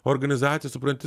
organizacija supranti